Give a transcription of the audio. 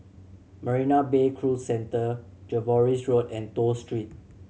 Marina Bay Cruise Centre Jervois Road and Toh Street